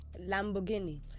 Lamborghini